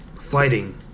fighting